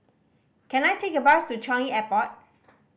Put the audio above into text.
can I take a bus to Changi Airport